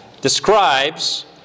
describes